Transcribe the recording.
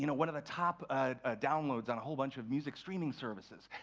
you know one of the top ah downloads on a whole bunch of music streaming services.